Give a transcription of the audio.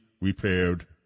repaired